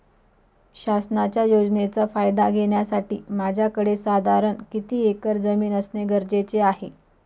शासनाच्या योजनेचा फायदा घेण्यासाठी माझ्याकडे साधारण किती एकर जमीन असणे गरजेचे आहे?